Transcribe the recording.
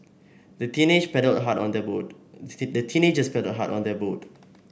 the teenagers paddled hard on their boat the teenagers paddled hard on their boat